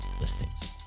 listings